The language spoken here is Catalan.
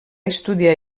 estudiar